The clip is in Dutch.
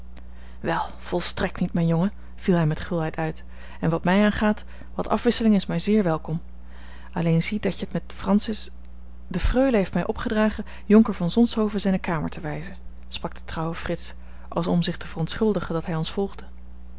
wel volstrekt niet mijn jongen viel hij met gulheid uit en wat mij aangaat wat afwisseling is mij zeer welkom alleen zie dat je t met francis de freule heeft mij opgedragen jonker van zonshoven zijne kamer te wijzen sprak de trouwe frits als om zich te verontschuldigen dat hij ons volgde